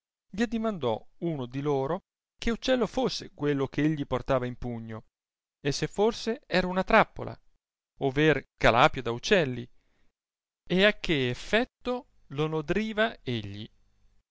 gli addimandò uno di loro che uccello fosse quello eh egli portava in pugno e se forse era una trappola over calapio da uccelli e a che eff etto lo nodriva egli